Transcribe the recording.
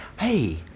hey